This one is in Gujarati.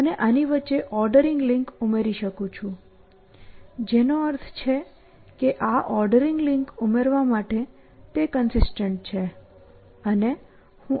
હું UnstackAB અને આની વચ્ચે ઓર્ડરિંગ લિંક ઉમેરી શકું છું જેનો અર્થ છે કે આ ઓર્ડરિંગ લિંક ઉમેરવા માટે તે કન્સિસ્ટન્ટ છે